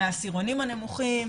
מהעשירונים הנמוכים,